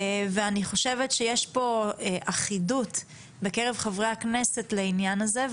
אני חושבת שיש פה אחידות בקרב חברי הכנסת לעניין הזה,